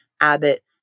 Abbott